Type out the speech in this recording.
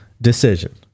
Decision